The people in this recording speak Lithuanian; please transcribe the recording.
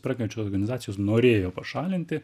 perkančios organizacijos norėjo pašalinti